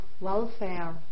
welfare